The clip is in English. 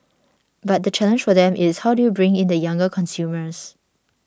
but the challenge for them is how do you bring in the younger consumers